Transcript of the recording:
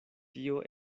tio